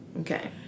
okay